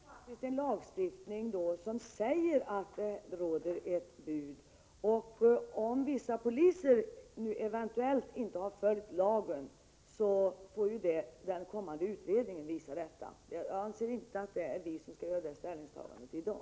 Fru talman! Det finns faktiskt en lag som säger att det råder förbud. Om vissa poliser eventuellt inte har följt lagen, får ju den kommande utredningen visa detta. Jag anser inte att det är vi som skall göra det ställningstagandet i dag.